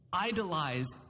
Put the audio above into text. idolize